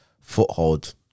foothold